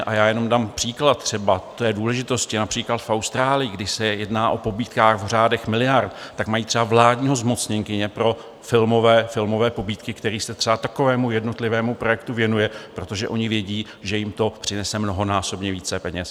A já jenom dám příklad třeba té důležitosti: Například v Austrálii, když se jedná o pobídkách v řádech miliard, tak mají třeba vládního zmocněnce pro filmové pobídky, který se třeba takovému jednotlivému projektu věnuje, protože oni vědí, že jim při přinese mnohonásobně více peněz.